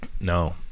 No